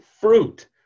fruit